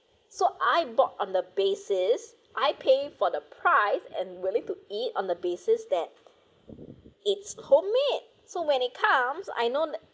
so I bought on the basis I pay for the price and willing to eat on the basis that it's homemade so when it comes I know